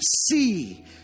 see